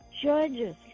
judges